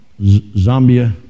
Zambia